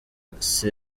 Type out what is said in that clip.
c’est